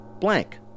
blank